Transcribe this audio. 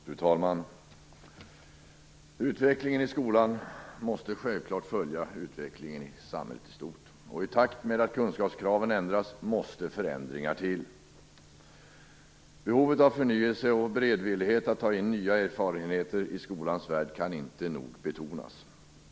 Fru talman! Utvecklingen i skolan måste självfallet följa utvecklingen i samhället i stort. I takt med att kunskapskraven ändras måste förändringar till. Behovet av förnyelse och beredvillighet att ta in nya erfarenheter i skolans värld kan inte nog betonas.